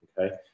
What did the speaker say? Okay